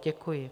Děkuji.